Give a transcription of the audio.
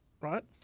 right